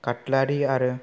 cutlery आरो